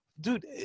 dude